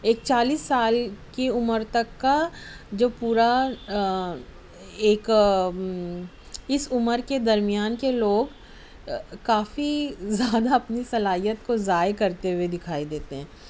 ایک چالیس سال کی عمر تک کا جو پورا ایک اس عمر کے درمیان کے لوگ کافی زیادہ اپنی صلاحیت کو ضائع کرتے ہوئے دکھائی دیتے ہیں